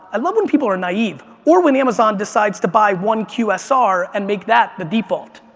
i love when people are naive, or when amazon decides to buy one qsr and make that the default.